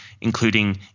including